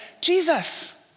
Jesus